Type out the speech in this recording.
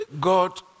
God